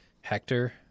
Hector